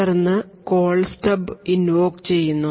തുടർന്ന് call stub invoke ചെയ്യുന്നു